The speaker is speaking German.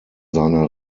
seiner